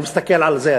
אני מסתכל על זה,